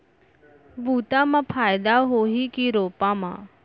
बुता म फायदा होही की रोपा म?